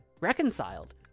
reconciled